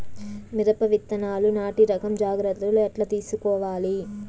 మిరప విత్తనాలు నాటి రకం జాగ్రత్తలు ఎట్లా తీసుకోవాలి?